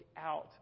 out